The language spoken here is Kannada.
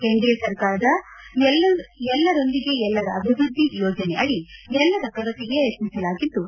ಎನ್ಡಿಎ ಸರ್ಕಾರದ ಎಲ್ಲರೊಂದಿಗೆ ಎಲ್ಲರ ಅಭಿವ್ಯದ್ದಿ ಯೋಜನೆಯಡಿ ಎಲ್ಲರ ಪ್ರಗತಿಗೆ ಯತ್ನಿಸಲಾಗಿದ್ದು